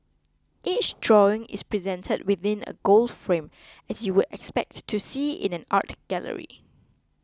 each drawing is presented within a gold frame as you would expect to see in an art gallery